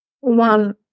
one